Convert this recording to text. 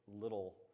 little